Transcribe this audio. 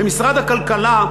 ומשרד הכלכלה,